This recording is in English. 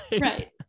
right